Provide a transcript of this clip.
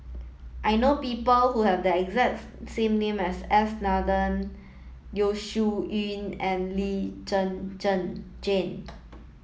I know people who have the exact same name as neither Yeo Shih Yun and Lee Zhen Zhen Jane